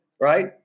Right